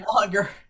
longer